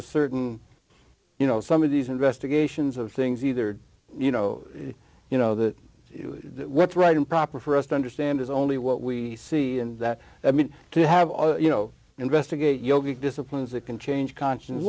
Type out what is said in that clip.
a certain you know some of these investigations of things either you know you know that what's right and proper for us to understand is only what we see and that i mean to have you know investigate yogi disciplines it can change cons